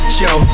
show